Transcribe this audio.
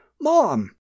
Mom